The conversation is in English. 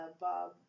Bob